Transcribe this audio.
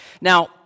Now